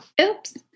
Oops